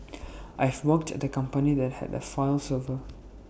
I've worked at A company that had A file server